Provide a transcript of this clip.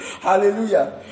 Hallelujah